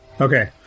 Okay